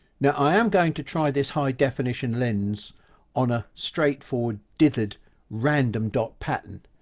now i am going to try this high definition lens on a straightforward differed random dot pattern